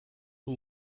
who